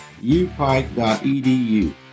upike.edu